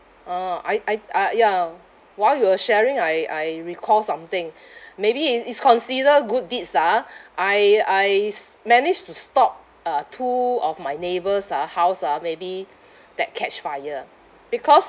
orh I I ah ya while you were sharing I I recall something maybe i~ is consider good deeds lah ah I I s~ managed to stop uh two of my neighbours' ah house ah maybe that catch fire because